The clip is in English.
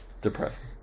depressing